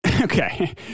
okay